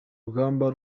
rugamba